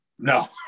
No